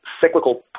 cyclical